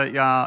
ja